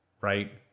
Right